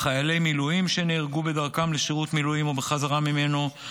חיילי מילואים שנהרגו בדרכם לשירות מילואים או בחזרה ממנו,